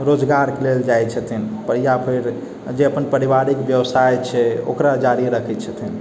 रोजगारके लेल जाइ छथिन या फेर जे अपन परिवारिक बेबसाइ छै ओकरा जारी रखै छथिन